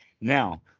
Now